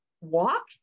walk